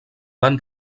van